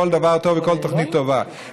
כל דבר טוב וכל תוכנית טובה.